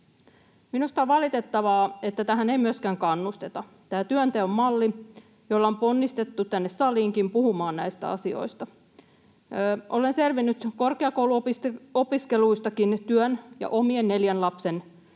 Minusta on valitettavaa, että ei myöskään kannusteta tähän työnteon malliin, jolla on ponnistettu tänne saliinkin puhumaan näistä asioista. Olen selvinnyt korkeakouluopiskeluistakin työn ja omien neljän lapsen